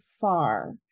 far